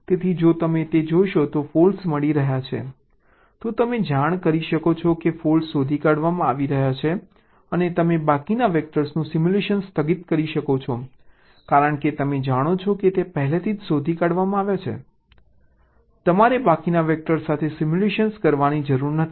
તેથી જો તમે જોશો કે ફોલ્ટ મળી રહ્યા છે તો તમે જાણ કરી શકો છો કે ફોલ્ટ શોધી કાઢવામાં આવી રહ્યા છે અને તમે બાકીના વેક્ટર્સનું સિમ્યુલેશન સ્થગિત કરી શકો છો કારણ કે તમે જાણો છો કે તે પહેલેથી જ શોધી કાઢવામાં આવ્યા છે તમારે બાકીના વેક્ટર સાથે સિમ્યુલેટ કરવાની જરૂર નથી